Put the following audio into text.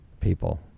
people